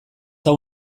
hau